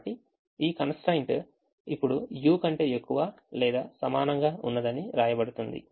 కాబట్టి ఈ constraint ఇప్పుడు u కంటే ఎక్కువ లేదా సమానంగా ఉన్నదని వ్రాయబడుతుంది